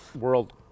world